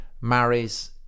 marries